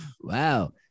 Wow